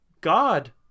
God